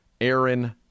Aaron